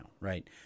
right